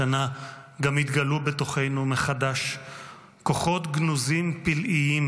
השנה גם התגלו בתוכנו מחדש כוחות גנוזים פלאיים,